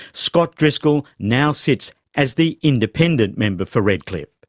scott driscoll now sits as the independent member for redcliffe.